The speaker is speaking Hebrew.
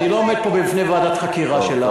אני לא עומד פה בפני ועדת חקירה שלך.